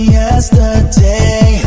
yesterday